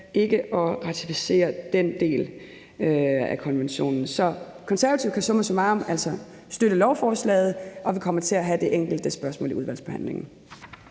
ikke at ratificere den del af konventionen. Så Konservative kan, summa summarum, støtte lovforslaget, og vi kommer til at stille det her enkelte spørgsmål i udvalgsbehandlingen.